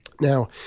Now